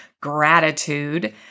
gratitude